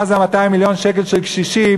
מה זה 200 מיליון שקל של קשישים,